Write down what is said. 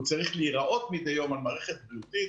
הוא צריך להיראות מדי יום במערכת הבריאותית